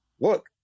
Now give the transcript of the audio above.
look